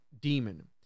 demon